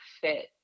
fit